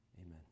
Amen